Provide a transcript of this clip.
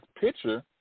picture